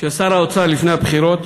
של שר האוצר לפני הבחירות